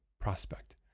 prospect